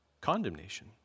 condemnation